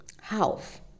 half